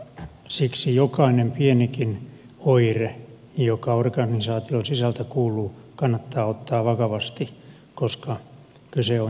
siksi jokainen pienikin oire joka organisaation sisältä kuuluu kannattaa ottaa vakavasti koska kyse on joukkuehengestä